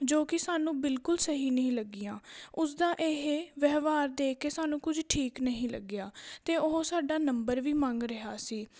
ਜੋ ਕਿ ਸਾਨੂੰ ਬਿਲਕੁਲ ਸਹੀ ਨਹੀਂ ਲੱਗੀਆਂ ਉਸ ਦਾ ਇਹ ਵਿਵਹਾਰ ਦੇਖ ਕੇ ਸਾਨੂੰ ਕੁਝ ਠੀਕ ਨਹੀਂ ਲੱਗਿਆ ਅਤੇ ਉਹ ਸਾਡਾ ਨੰਬਰ ਵੀ ਮੰਗ ਰਿਹਾ ਸੀ